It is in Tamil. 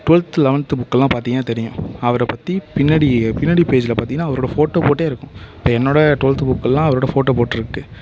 ட்வெல்த்து லெவன்த்து புக்கலாம் பார்த்தீங்கன்னா தெரியும் அவரை பற்றி பின்னாடி பின்னாடி பேஜில் பார்த்தீங்கன்னா அவரோட ஃபோட்டோ போட்டே இருக்கும் இப்போ என்னோடய ட்வெல்த்து புக்கெல்லாம் அவரோட ஃபோட்டோ போட்டிருக்கு